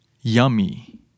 yummy